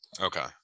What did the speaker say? Okay